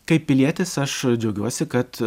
kaip pilietis aš džiaugiuosi kad